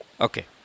Okay